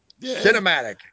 cinematic